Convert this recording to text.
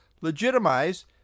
legitimize